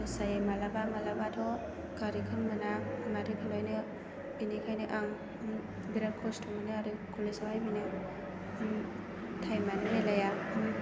लस जायो मालाबा मालाबाथ' गारिखौनो मोना माथो खालामनो बिनिखायनो आं बिराद खस्थ' मोनो आरो कलेजावहाय फैनो टाइमानो मिलाया